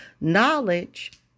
knowledge